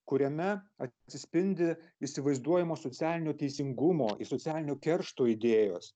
kuriame atsispindi įsivaizduojamo socialinio teisingumo socialinio keršto idėjos